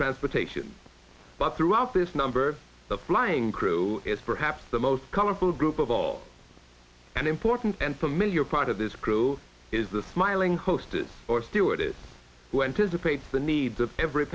transportation but throughout this number the flying crew is perhaps the most colorful group of all and important and familiar part of this crew is the smiling hostess or stewardess who enters a paid for the needs of every